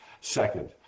second